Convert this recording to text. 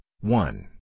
one